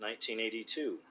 1982